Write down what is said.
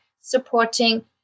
supporting